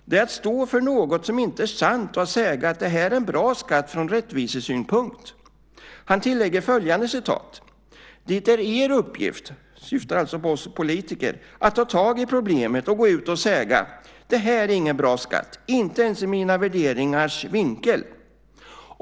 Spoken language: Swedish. Det är ju att stå för något som inte är sant och att säga att det här är en bra skatt från rättvisesynpunkt." Han tillägger: "Det är er uppgift" - han syftar då på oss politiker - "att ta tag i det problemet och gå ut och säga: Det här är ingen bra skatt, inte ens ur mina värderingars vinkel.